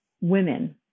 women